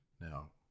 Now